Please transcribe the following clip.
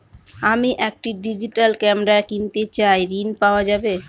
আমি একটি digital camera কিনতে চাই ঝণ পাওয়া যাবে?